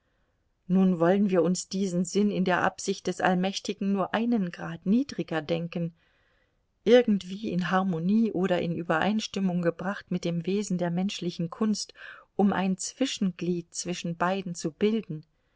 nun wollen wir uns diesen sinn in der absicht des allmächtigen nur einen grad niedriger denken irgendwie in harmonie oder in übereinstimmung gebracht mit dem wesen der menschlichen kunst um ein zwischenglied zwischen beiden zu bilden